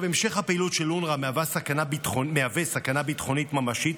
המשך הפעילות של אונר"א מהווה סכנה ביטחונית ממשית